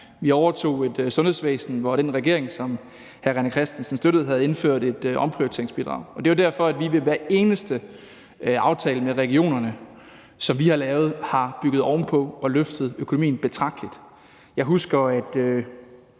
vi overtog et sundhedsvæsen, som den regering, som hr. René Christensen støttede, havde indført et omprioriteringsbidrag for. Det er derfor, at vi ved hver eneste aftale med regionerne, som vi har lavet, har bygget ovenpå og løftet økonomien betragteligt. Jeg husker, at